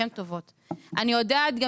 אני יודעת שכוונותיכם טובות.